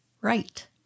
right